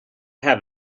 have